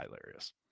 hilarious